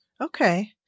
okay